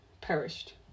perished